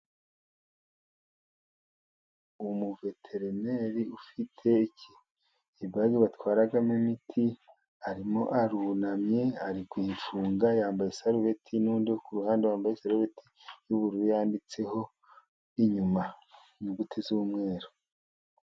Umuveterineri ufite igikapu batwaramo imiti, arimo arunamye ari kugifunga, yambaye isarubeti, n'undi ku ruhande wambaye isarubeti y'ubururu, yanditseho inyuma inyuguti z'umweru.